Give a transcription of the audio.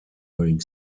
wearing